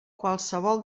qualsevol